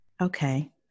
Okay